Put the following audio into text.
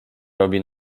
robi